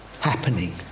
happening